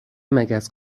مگس